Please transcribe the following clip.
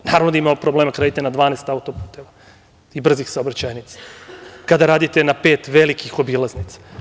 Naravno da imamo problema kada radimo na 12 autoputeva i brzih saobraćajnica, kada radite na pet velikih obilaznica.